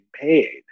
paid